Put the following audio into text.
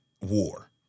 war